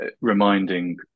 reminding